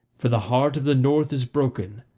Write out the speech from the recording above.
for the heart of the north is broken,